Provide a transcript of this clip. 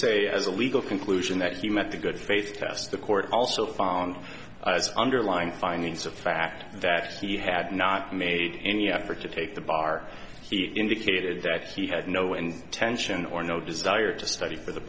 say as a legal conclusion that he met the good faith test the court also found underlined findings of fact that he had not made any effort to take the bar he indicated that he had no intention or no desire to study for the